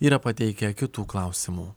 yra pateikę kitų klausimų